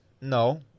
No